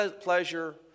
pleasure